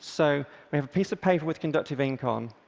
so we have a piece of paper with conductive ink on,